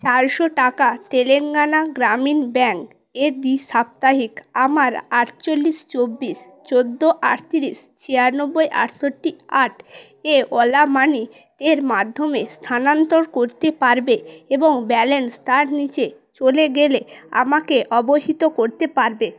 চারশো টাকা তেলেঙ্গানা গ্রামীণ ব্যাঙ্ক এ দ্বি সাপ্তাহিক আমার আটচল্লিশ চব্বিশ চোদ্দো আটত্রিশ ছিয়ানব্বই আটষট্টি আট এ ওলা মানি এর মাধ্যমে স্থানান্তর করতে পারবে এবং ব্যালেন্স তার নীচে চলে গেলে আমাকে অবহিত করতে পারবে